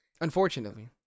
Unfortunately